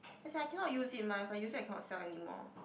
as in I cannot use it mah if I use it I cannot sell anymore